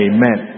Amen